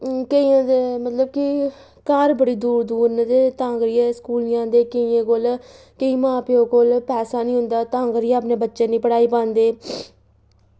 केइयें दे मतलब कि घर बड़ी दूर दूर न ते तां करियै स्कूल निं औंदे ते तां करियै केईं मां प्यो कोल पैसा निं होंदा ते तां करियै अपने बच्चे गी निं पढ़ाई पांदे